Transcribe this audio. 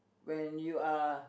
when you are